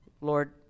Lord